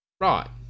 right